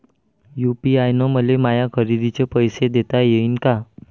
UPI न मले माया खरेदीचे पैसे देता येईन का?